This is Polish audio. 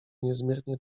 niezmiernie